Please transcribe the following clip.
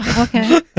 okay